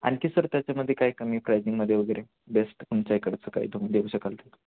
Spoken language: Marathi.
आणखी सर त्याच्यामध्ये काय कमी प्राईजिंगमध्ये वगैरे बेस्ट तुमच्या इकडचं काही तुम्ही देऊ शकाल ते